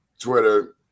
Twitter